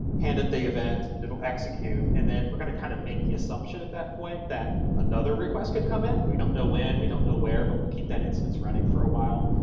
hand it the event, and it'll execute, and then we're going to kind of make the assumption at that point that another request could come in but we don't know when, we don't know where but will keep that instance running for a while.